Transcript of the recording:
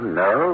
no